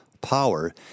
power